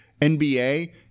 nba